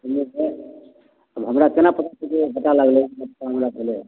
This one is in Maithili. कहिऔ तऽ अब हमरा केना पता चललै पता लागलै भेलै हँ